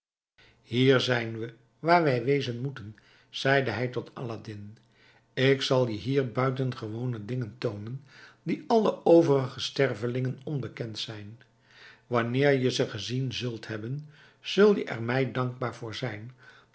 hier zijn we waar wij wezen moeten zeide hij tot aladdin ik zal je hier buitengewone dingen toonen die alle overige stervelingen onbekend zijn wanneer je ze gezien zult hebben zul je er mij dankbaar voor zijn